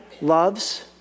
loves